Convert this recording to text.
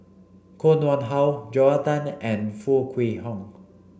Koh Nguang How Joel Tan and Foo Kwee Horng